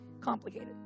complicated